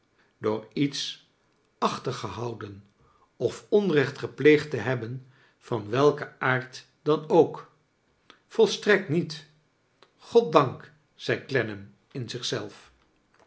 door iets achtergehouden of onrecht gepleegd te hebben van welken aard dan ook volstrekt niet godda nkr zei clennam in